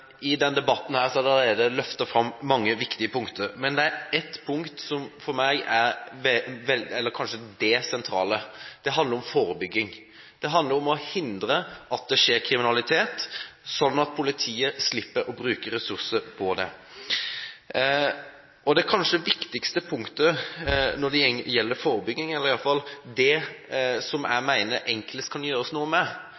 er det allerede løftet fram mange viktige punkter, men det er ett punkt som for meg er det mest sentrale, og det handler om forebygging. Det handler om å hindre at det skjer kriminalitet, sånn at politiet slipper å bruke ressurser på det. Det kanskje viktigste punktet når det gjelder forebygging, eller i hvert fall det jeg mener det er enklest å gjøre noe med, går på skjenkepolitikk, på ruspolitikk. Jeg